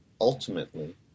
ultimately